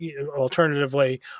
alternatively